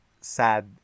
sad